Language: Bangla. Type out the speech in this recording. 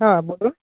হ্যাঁ বলুন